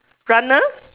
runner